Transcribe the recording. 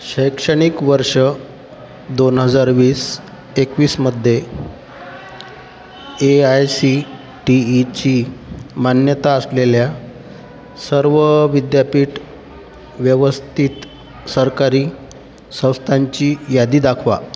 शैक्षणिक वर्ष दोन हजार वीस एकवीसमध्ये ए आय सी टी ईची मान्यता असलेल्या सर्व विद्यापीठ व्यवस्थित सरकारी संस्थांची यादी दाखवा